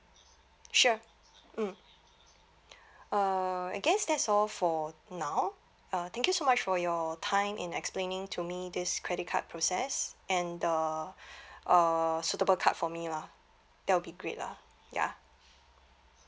sure mm uh I guess that's all for now uh thank you so much for your time in explaining to me this credit card process and the uh suitable card for me lah that will be great lah ya